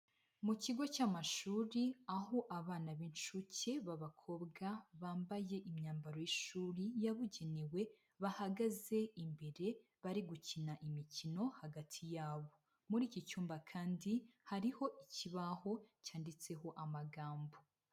Mu kigo cy'amashuri, aho abana b'incuke b'abakobwa bambaye imyambaro y'ishuri yabugenewe, bahagaze imbere bari gukina imikino hagati yabo, muri iki cyumba kandi hariho ikibaho cyanditseho amagambo.